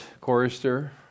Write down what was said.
chorister